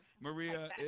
Maria